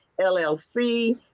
LLC